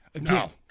No